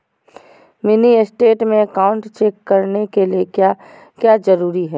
Mini state में account check करने के लिए क्या क्या जरूरी है?